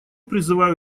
призываю